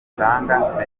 zitanga